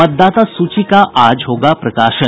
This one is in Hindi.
मतदाता सूची का आज होगा प्रकाशन